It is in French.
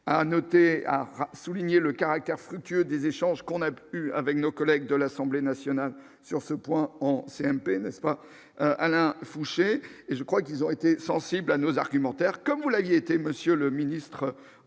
à noter à souligner le caractère fructueux des échanges qu'on a eue avec nos collègues de l'Assemblée nationale sur ce point en CMP n'est-ce pas Alain Fouché et je crois qu'ils ont été sensibles à nos argumentaires comme vous la aviez était monsieur le ministre,